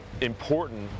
important